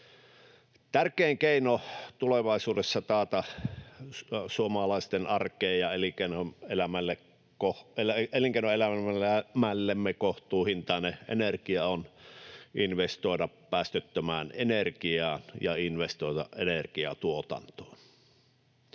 Tärkein keino taata suomalaisten arkeen ja elinkeinoelämällemme tulevaisuudessa kohtuuhintainen energia on investoida päästöttömään energiaan ja investoida energiantuotantoon.